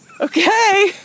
okay